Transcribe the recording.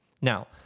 Now